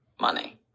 money